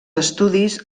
estudis